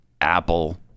apple